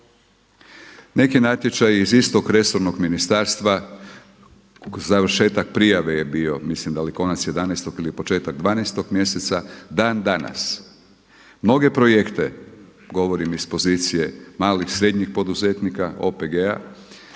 Neki natječaji iz istog resornog ministarstva završetak prijave je bio, mislim da li konac 11. ili početak 12. mjeseca, dan danas mnoge projekte, govorim iz pozicije malih, srednjih poduzetnika, OPG-a